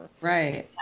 Right